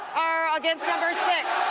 are against number six,